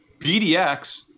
BDX